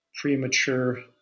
premature